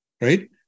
right